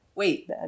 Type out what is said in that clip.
Wait